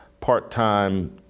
part-time